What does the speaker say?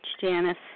Janice